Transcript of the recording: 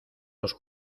los